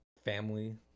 family